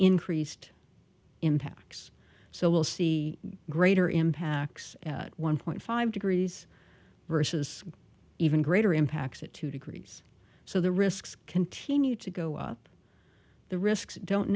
increased impacts so we'll see greater impacts at one point five degrees versus even greater impacts at two degrees so the risks continue to go up the risks don't